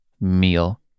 meal